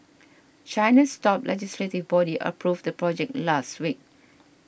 China's top legislative body approved the project last week